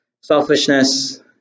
selfishness